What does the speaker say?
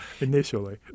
initially